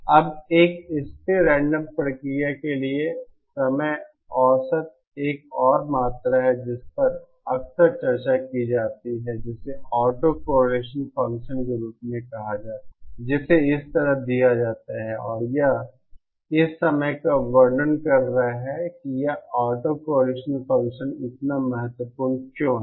अब एक स्थिर रेंडम प्रक्रिया के लिए समय औसत एक और मात्रा है जिस पर अक्सर चर्चा की जाती है जिसे ऑटोकॉरेलेशन फ़ंक्शन के रूप में कहा जाता है जिसे इस तरह दिया जाता है और यह इस समय का वर्णन कर रहा है कि यह ऑटोक्रेलेशन फ़ंक्शन इतना महत्वपूर्ण क्यों है